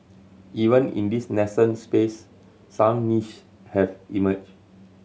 even in this nascent space some nich have emerged